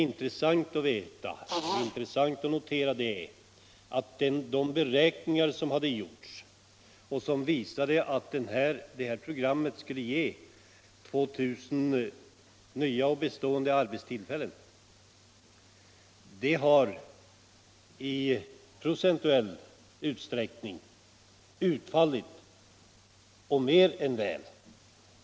Intressant att notera är att de beräkningar som hade gjorts och som visade att detta program skulle ge 2 000 nya och bestående arbetstillfällen var riktiga.